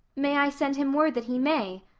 may i send him word that he may?